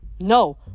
No